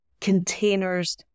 containers